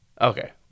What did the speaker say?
Okay